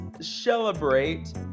celebrate